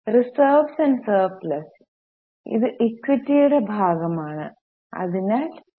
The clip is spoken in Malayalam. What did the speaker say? റിസേർവേസ് ആൻഡ് സർപ്ലസ് ഇത് ഇക്വിറ്റിയുടെ ഭാഗമാണ് അതിനാൽ ഇ